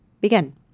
begin